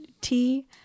tea